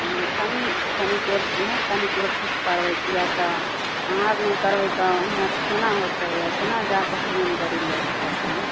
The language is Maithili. हँ तनी तनी तनी कोशिश करबै किए तऽ अहाँ आर नहि करबै तऽ केना होतै केना जाए सकबै गड़ी लऽ के कतौ